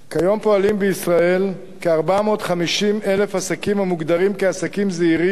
כיום פועלים בישראל כ-450,000 עסקים המוגדרים כעסקים זעירים,